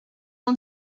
ont